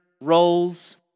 roles